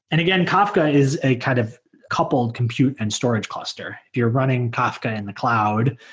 and again, kafka is a kind of couple compute and storage cluster. if you're running kafka in the cloud,